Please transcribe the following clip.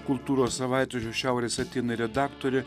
kultūros savaitraščio šiaurės atėnai redaktorė